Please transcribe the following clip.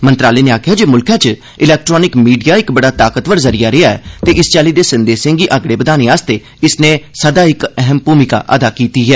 मंत्रालय नै आखेआ ऐ जे मुल्खै च इलैक्ट्रानिक मीडिया इक बड़ा ताकवर ज़रिया ऐ ते इस चाल्ली दे संदेसें गी अगड़े बधाने लेई इसनै सदा इक अहम भूमिका अदा कीती ऐ